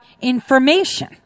information